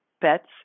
pets